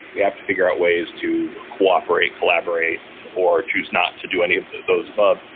we have to figure out ways to cooperate, collaborate, or choose not to do any of those above.